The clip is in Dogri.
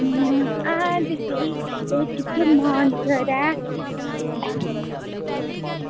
आं दिक्ऱखगी आं इत्थें इक्क मानसर ऐ